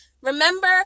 remember